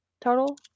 Total